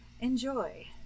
Enjoy